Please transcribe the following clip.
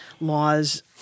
laws